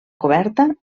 coberta